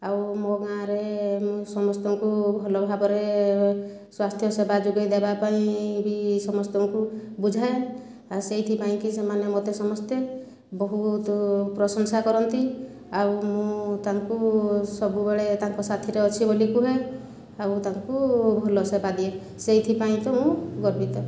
ଆଉ ମୋ' ଗାଁରେ ମୁଁ ସମସ୍ତଙ୍କୁ ଭଲ ଭାବରେ ସ୍ୱାସ୍ଥ୍ୟ ସେବା ଯୋଗାଇ ଦେବା ପାଇଁ ଏହି ସମସ୍ତଙ୍କୁ ବୁଝାଏ ସେଇଥିପାଇଁକି ସେମାନେ ମୋତେ ସମସ୍ତେ ବହୁତ ପ୍ରଶଂସା କରନ୍ତି ଆଉ ମୁଁ ତାଙ୍କୁ ସବୁବେଳେ ତାଙ୍କ ସାଥିରେ ଅଛି ବୋଲି କହେ ଆଉ ତାଙ୍କୁ ଭଲ ସେବା ଦିଏ ସେଇଥିପାଇଁ ତ ମୁଁ ଗର୍ବିତ